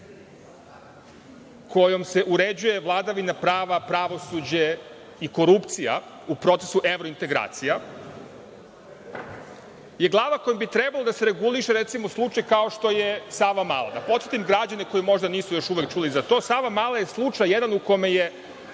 kojom se uređuje vladavina prava, pravosuđe i korupcija u procesu evrointegracija je glava kojom bi trebalo da se reguliše, recimo, slučaj kao što je Savamala. Da podsetim građane koji možda nisu još uvek čuli za to, Savamala je slučaj jedan u kome je